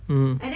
mm